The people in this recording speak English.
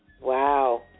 wow